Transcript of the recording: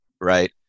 right